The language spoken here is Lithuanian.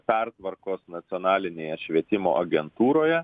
pertvarkos nacionalinėje švietimo agentūroje